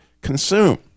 consume